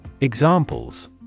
Examples